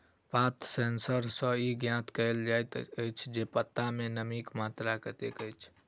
पात सेंसर सॅ ई ज्ञात कयल जाइत अछि जे पात मे नमीक मात्रा कतेक अछि